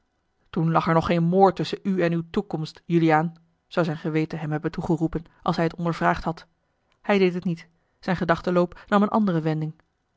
toen lag er nog geen moord tusschen u en uwe toekomst juliaan zou zijn geweten hem hebben toegeroepen als hij het ondervraagd had hij deed het niet zijn gedachtenloop nam eene andere wending